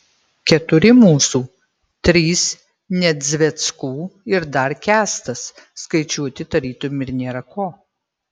keturi mūsų trys nedzveckų ir dar kęstas skaičiuoti tarytum ir nėra ko